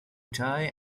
tie